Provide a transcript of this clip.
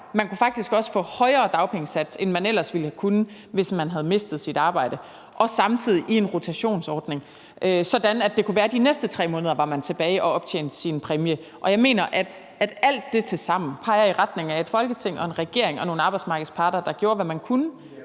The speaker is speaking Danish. Man kunne faktisk også få højere dagpengesats, end man ellers ville have kunnet, hvis man havde mistet sit arbejde, og samtidig være i en rotationsordning, sådan at det kunne være, at man de næste 3 måneder var tilbage at optjene sin præmie. Og jeg mener, at alt det tilsammen peger i retning af et Folketing og en regering og nogle arbejdsmarkedets parter, der gjorde, hvad man kunne,